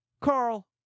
Carl